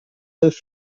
hilft